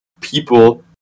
people